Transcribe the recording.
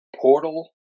Portal